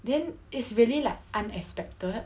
then it's really like unexpected